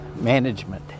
management